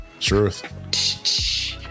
Truth